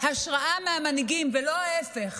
השראה מהמנהיגים ולא ההפך.